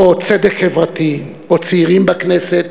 או צדק חברתי, או צעירים בכנסת.